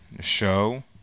show